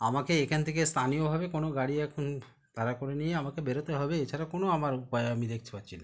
আমাকে এখান থেকে স্থানীয়ভাবে কোনো গাড়ি এখন ভাড়া করে নিয়ে আমাকে বেরোতে হবে এছাড়া কোনো আমার উপায় আমি দেখতে পাচ্ছি না